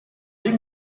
deux